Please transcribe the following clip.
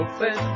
Open